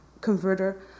converter